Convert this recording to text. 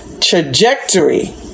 trajectory